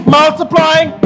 multiplying